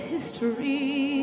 history